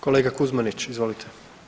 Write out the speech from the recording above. Kolega Kuzmanić, izvolite.